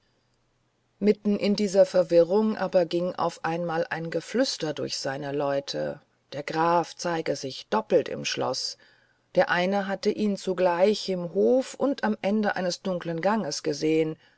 mitten in dieser verwirrung aber ging auf einmal ein geflüster durch seine leute der graf zeige sich doppelt im schloß der eine hatte ihn zugleich im hof und am ende eines dunkeln ganges gesehen